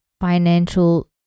financial